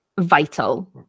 vital